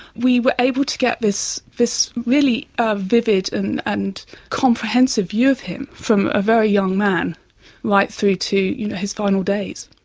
we were able to get this this really ah vivid and and comprehensive view of him from a very young man right through to his final days.